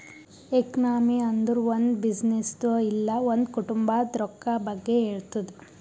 economy ಅಂದುರ್ ಒಂದ್ ಬಿಸಿನ್ನೆಸ್ದು ಇಲ್ಲ ಒಂದ್ ಕುಟುಂಬಾದ್ ರೊಕ್ಕಾ ಬಗ್ಗೆ ಹೇಳ್ತುದ್